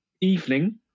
evening